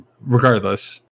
Regardless